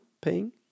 paying